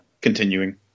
continuing